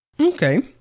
Okay